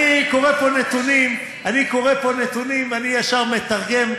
אני קורא פה נתונים, ואני ישר מתרגם.